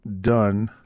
done